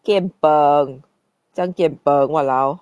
gian beng 这样 gian beng !walao!